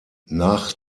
nach